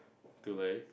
too like